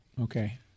okay